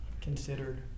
considered